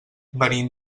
venim